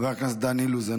חבר הכנסת דן אילוז,